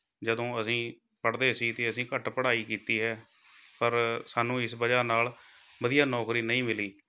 ਜਦੋਂ ਅਸੀਂ ਪੜ੍ਹਦੇ ਸੀ ਅਤੇ ਅਸੀਂ ਘੱਟ ਪੜ੍ਹਾਈ ਕੀਤੀ ਹੈ ਪਰ ਸਾਨੂੰ ਇਸ ਵਜ੍ਹਾ ਨਾਲ ਵਧੀਆ ਨੌਕਰੀ ਨਹੀਂ ਮਿਲੀ